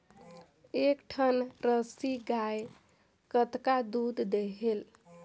एक ठन जरसी गाय कतका दूध देहेल?